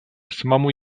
самому